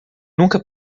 nunca